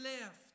left